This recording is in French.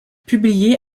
publié